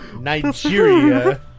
Nigeria